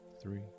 three